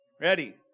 Ready